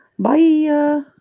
Bye